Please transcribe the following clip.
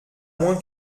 moins